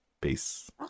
Peace